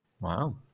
Wow